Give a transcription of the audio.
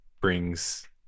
brings